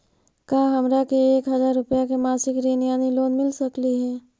का हमरा के एक हजार रुपया के मासिक ऋण यानी लोन मिल सकली हे?